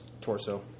Torso